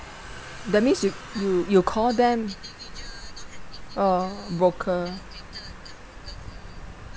that means you you you call them oh broker